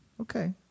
Okay